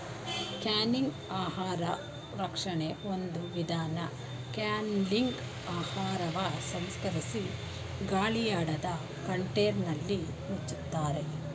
canning ಆಹಾರ ಸಂರಕ್ಷಣೆ ಒಂದು ವಿಧಾನ ಕ್ಯಾನಿಂಗ್ಲಿ ಆಹಾರವ ಸಂಸ್ಕರಿಸಿ ಗಾಳಿಯಾಡದ ಕಂಟೇನರ್ನಲ್ಲಿ ಮುಚ್ತಾರೆ